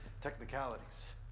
technicalities